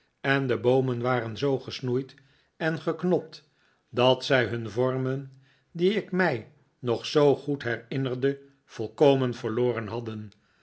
en de boomen waren zoo gesnoeid en geknot dat zij hun vormen die ik mij nog zoo goed herinnerde volkomen verloren hadden